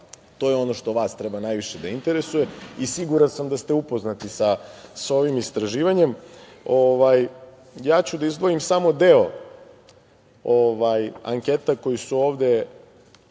to je ono što vas treba najviše da interesuje i siguran sam da ste upoznati sa ovim istraživanjem, a ja ću da izdvojim samo deo anketa koje su ovde